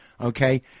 Okay